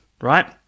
right